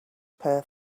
per